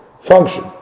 function